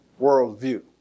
worldview